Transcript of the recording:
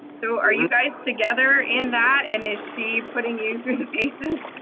so are you guys together in that and is she putting you through the paces.